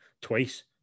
twice